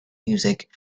music